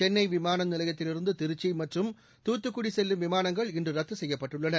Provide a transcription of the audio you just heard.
சென்னை விமான நிலையத்திலிருந்து திருச்சி மற்றும் தூத்துக்குடி செல்லும் விமானங்கள் இன்று ரத்து செய்யப்பட்டுள்ளன